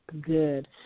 good